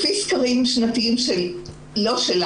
לפי סקרים שנתיים לא שלנו,